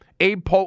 Abe